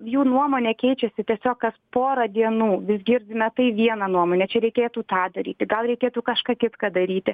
jų nuomonė keičiasi tiesiog kas porą dienų vis girdime tai vieną nuomonę čia reikėtų tą daryti gal reikėtų kažką kitką daryti